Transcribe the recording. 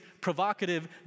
provocative